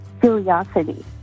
curiosity